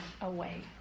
away